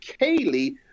Kaylee